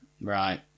Right